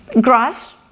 grass